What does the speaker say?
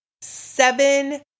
Seven